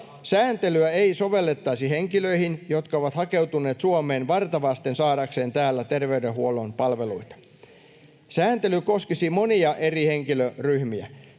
Sääntelyä ei sovellettaisi henkilöihin, jotka ovat hakeutuneet Suomeen varta vasten saadakseen täällä terveydenhuollon palveluita. Sääntely koskisi monia eri henkilöryhmiä.